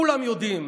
כולם יודעים